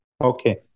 Okay